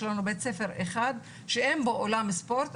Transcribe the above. יש לנו בית ספר אחד שאין בו אולם ספורט,